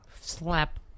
Slap